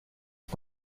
est